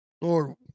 Lord